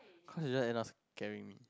cause you'll just end up scaring me